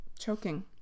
choking